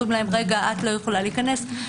אומרים להן: את לא יכולה להיכנס,